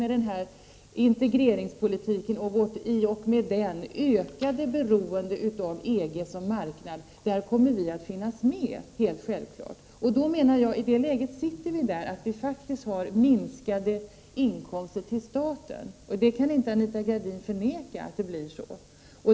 Med integrationspolitiken och vårt i och med den ökade beroende av EG som marknad kommer vi att finnas med där, helt självklart. I det läget minskar inkomsterna till staten. Anita Gradin kan inte förneka att det blir så.